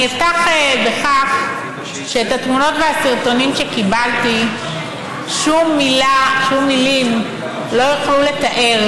אני אפתח בכך שאת התמונות והסרטונים שקיבלתי שום מילים לא יוכלו לתאר,